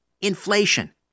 inflation